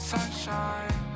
sunshine